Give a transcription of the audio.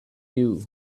you